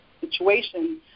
situation